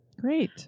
Great